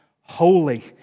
holy